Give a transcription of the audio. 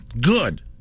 Good